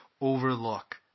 overlook